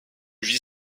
j’y